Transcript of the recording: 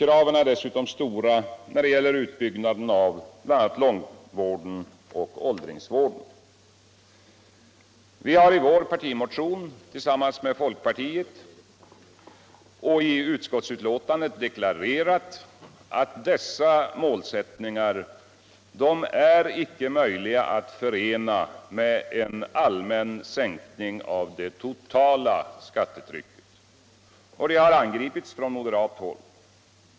Kraven är dessutom stora när det gäller utbyggnaden av bl.a. långvården och åldringsvården. Vi har både i vår partimotion tillsammans med folkpartiet och i utskottsbetänkandet deklarerat att det inte är möjligt att förena dessa målsättningar med en allmän sänkning av det totala skattetrycket. Detta har angripits på moderathåll.